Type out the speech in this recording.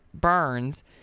burns